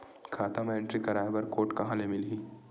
खाता म एंट्री कराय बर बार कोड कहां ले मिलही?